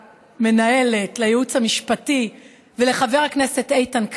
למנהלת, לייעוץ המשפטי ולחבר הכנסת איתן כבל,